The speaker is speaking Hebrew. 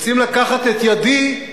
רוצים לקחת את ידי,